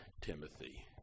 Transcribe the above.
Timothy